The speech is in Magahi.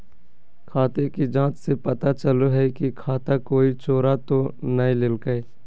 खाते की जाँच से पता चलो हइ की खाता कोई चोरा तो नय लेलकय